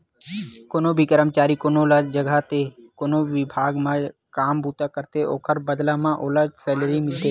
कोनो भी करमचारी कोनो भी जघा ते कोनो बिभाग म काम बूता करथे ओखर बदला म ओला सैलरी मिलथे